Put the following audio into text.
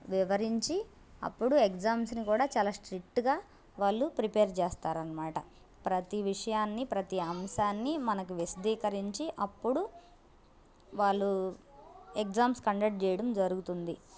వివరించి అప్పుడు ఎక్సామ్స్ని కూడా చాలా స్ట్రిక్ట్గా వాళ్ళు ప్రిపేర్ చేస్తారు అనమాట ప్రతీ విషయాన్ని ప్రతీ అంశాన్ని మనకు విశదీకరించి అప్పుడు వాళ్ళు ఎగ్జామ్స్ కండక్ట్ చేయడం జరుగుతుంది